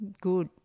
good